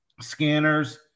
scanners